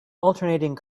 alternating